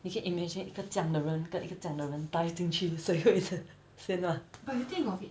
你可以 imagine 一个这样的人跟一个这样的人 dive 进去谁会先先吗